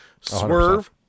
Swerve